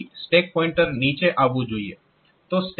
તો સ્ટેક પોઇન્ટરની વેલ્યુ વધવી જોઈએ